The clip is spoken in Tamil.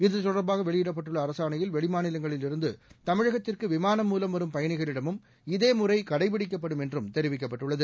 இது தொடர்பாக வெளியிடப்பட்டுள்ள அரசாணையில் வெளிமாநிலங்களில் இருந்து தமிழகத்திற்கு விமானம் மூலம் வரும் பயணிகளிடமும் இதே முறை கடைப்பிடிக்கப்படும் என்றும் தெரிவிக்கப்பட்டுள்ளது